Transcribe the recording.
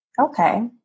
Okay